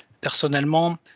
personnellement